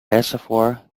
reservoir